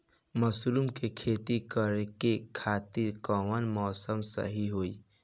Mushroom के खेती करेके खातिर कवन मौसम सही होई?